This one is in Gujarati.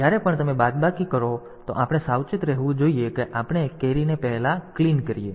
તેથી જ્યારે પણ તમે બાદબાકી કરો તો આપણે સાવચેત રહેવું જોઈએ કે આપણે carry ને પહેલા સાફ કરીએ